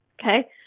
Okay